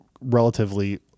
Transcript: relatively